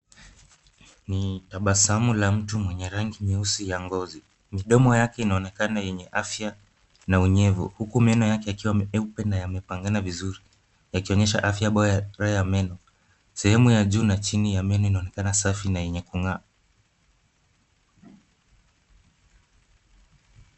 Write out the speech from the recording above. Ni tabasamu la mtu mwenye rangi nyeusi ya ngozi, midomo yake inaonekana yenye afya na unyevu. Huku meno yake yakiwa meupe na yamepangana vizuri, yakionyesha afya bora ya meno. Sehemu ya juu na chini ya meno, inaonekana safi na yenye kung'aa.